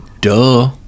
Duh